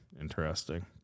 interesting